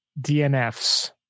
DNFs